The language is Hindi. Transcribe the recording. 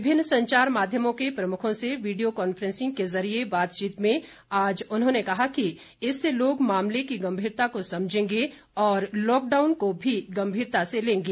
विभिन्न संचार माध्यमों के प्रमुखों से वीडियो कांफ्रेंसिंग के जरिए बातचीत में आज उन्होंने कहा कि इससे लोग मामले की गंभीरता को समझेंगे और लॉकडाउन को भी गंभीरता से लेंगे